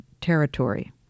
Territory